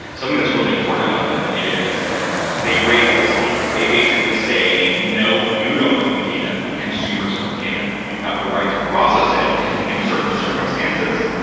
something that's really important about them is they raise the stakes. they basically say, no. you don't own data. consumers own data. you have the right to process it in certain circumstances.